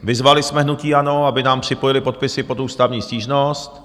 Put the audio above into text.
Vyzvali jsme hnutí ANO, aby k nám připojili podpisy pod ústavní stížnost.